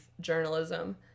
journalism